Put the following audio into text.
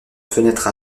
fenêtres